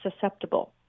susceptible